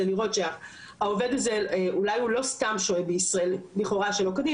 כדי לראות שהעובד הזה אולי הוא לא סתם שוהה בישראל לכאורה שלא כדין,